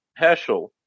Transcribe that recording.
Heschel